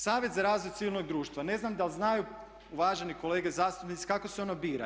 Savjet za razvoj civilnog društva, ne znam da li znaju uvaženi kolege zastupnici kako se ono bira.